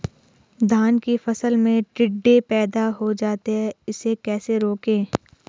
धान की फसल में टिड्डे पैदा हो जाते हैं इसे कैसे रोकें?